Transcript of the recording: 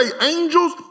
angels